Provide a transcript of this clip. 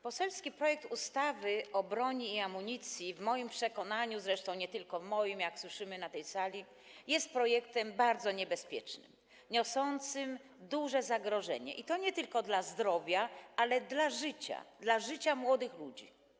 Poselski projekt ustawy o zmianie ustawy o broni i amunicji w moim przekonaniu - zresztą nie tylko w moim, jak słyszymy na tej sali - jest projektem bardzo niebezpiecznym, niosącym duże zagrożenie, i to nie tylko dla zdrowia, ale też dla życia - dla życia młodych ludzi.